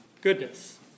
goodness